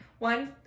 One